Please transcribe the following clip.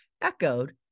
echoed